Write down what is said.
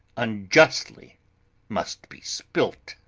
unjustly must be spilt.